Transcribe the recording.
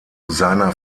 seiner